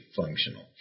functional